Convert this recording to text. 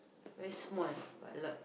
very small but a lot